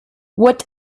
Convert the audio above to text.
what